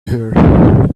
here